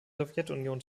sowjetunion